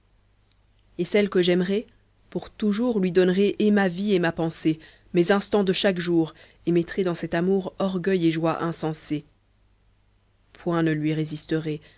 et celle que j'aimerai pour toujours lui donnerai et ma vie et ma pensée mes instants de chaque jour et mettrai dans cet amour orgueil et joie insensée point ne lui résisterai